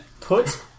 put